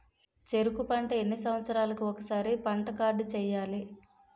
చెరుకు పంట ఎన్ని సంవత్సరాలకి ఒక్కసారి పంట కార్డ్ చెయ్యాలి?